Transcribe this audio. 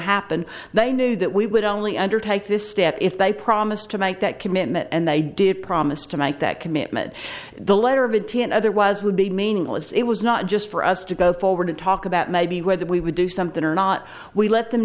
happen they knew that we would only undertake this step if they promised to make that commitment and they did promise to make that commitment the letter of intent otherwise would be meaningless it was not just for us to go forward and talk about maybe whether we would do something or not we let them